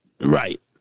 Right